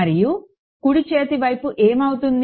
మరియు కుడి చేతి వైపు ఏం అవుతుంది